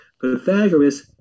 Pythagoras